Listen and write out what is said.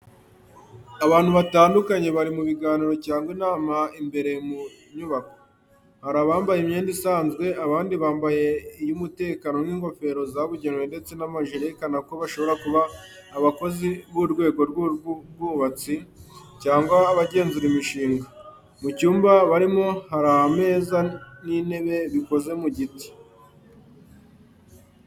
Abantu batandukanye bari mu biganiro cyangwa inama imbere mu nyubako. Hari abambaye imyenda isanzwe, abandi bambaye iy’umutekano nk’ingofero zabugenewe ndetse n’amajire yerekana ko bashobora kuba abakozi b’urwego rw’ubwubatsi cyangwa abagenzura imishinga. Mu cyumba barimo hari ameza n'intebe bikoze mu giti.